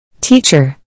Teacher